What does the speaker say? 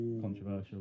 Controversial